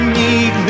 need